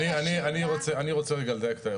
אני רוצה רגע לדייק את האירוע.